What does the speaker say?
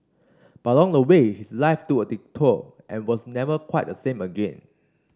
but along the way his life took a detour and was never quite the same again